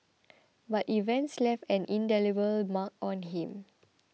but events left an indelible mark on him